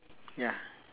ya